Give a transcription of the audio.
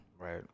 Right